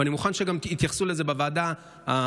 ואני מוכן שגם יתייחסו לזה בוועדה החסויה,